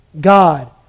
God